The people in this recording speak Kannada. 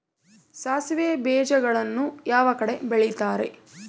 ಸಾಸಿವೆ ಬೇಜಗಳನ್ನ ಯಾವ ಕಡೆ ಬೆಳಿತಾರೆ?